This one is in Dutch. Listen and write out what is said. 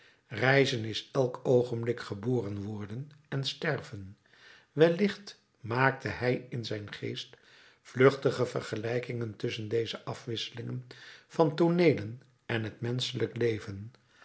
reizen is elk oogenblik geboren worden en sterven wellicht maakte hij in zijn geest vluchtige vergelijkingen tusschen deze afwisseling van tooneelen en het menschelijk leven